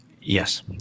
Yes